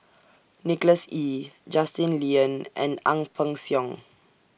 Nicholas Ee Justin Lean and Ang Peng Siong